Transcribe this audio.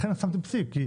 לכן שמתם פסיק,